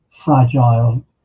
Fragile